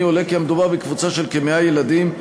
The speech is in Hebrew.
עולה כי מדובר בקבוצה של כ-100 ילדים.